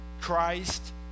Christ